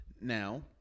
Now